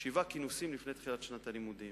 שבעה כינוסים לפני תחילת שנת הלימודים.